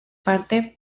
parte